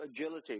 Agility